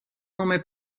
nome